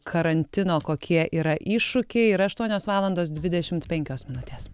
karantino kokie yra iššūkiai yra aštuonios valandos dvidešimt penkios minutės